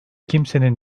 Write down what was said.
kimsenin